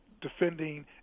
defending